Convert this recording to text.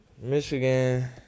Michigan